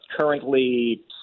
currently